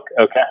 Okay